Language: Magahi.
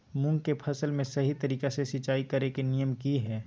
मूंग के फसल में सही तरीका से सिंचाई करें के नियम की हय?